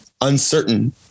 uncertain